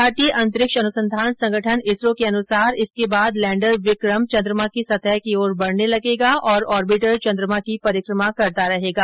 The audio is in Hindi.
भारतीय अंतरिक्ष अनुसंधान संगठन इसरो के अनुसार इसके बाद लैंडर विक्रम चंद्रमा की सतह की ओर बढ़ने लगेगा और ऑर्बिटर चंद्रमा की परिक्रमा करता रहेगा